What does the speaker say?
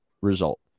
result